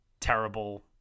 terrible